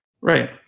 Right